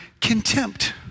contempt